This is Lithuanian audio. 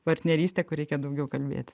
partnerystė kur reikia daugiau kalbėti